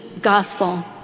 gospel